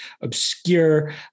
obscure